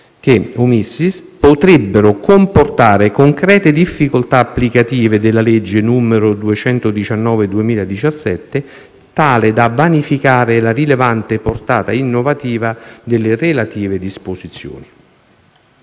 che «…potrebbero comportare concrete difficoltà applicative della legge n. 219 del 2017, tali da vanificare la rilevante portata innovativa delle relative disposizioni».